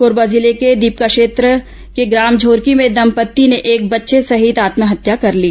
कोरबा जिले के दीपका क्षेत्र के ग्राम झोरकी में दंपत्ति ने एक बच्चे सहित आत्महत्या कर ली